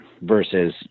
versus